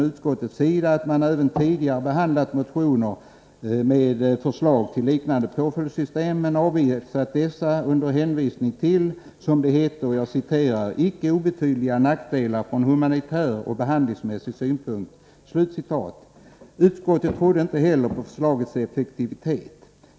Utskottet anför att man även tidigare har behandlat motioner med förslag till liknande påföljdssystem men avvisat dessa under hänvisning till, som det hette, ”icke obetydliga nackdelar från humanitär och behandlingsmässig synpunkt”. Utskottet trodde inte heller på förslagets effektivitet.